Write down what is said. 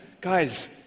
Guys